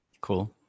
Cool